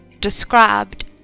described